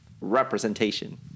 representation